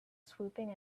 swooping